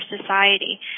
society